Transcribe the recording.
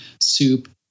soup